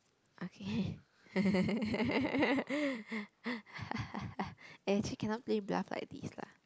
okay eh actually cannot play bluff like this lah